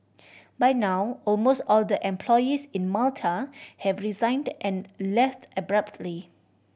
by now almost all the employees in Malta have resigned and left abruptly